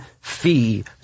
fee